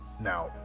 Now